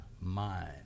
mind